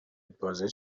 بازه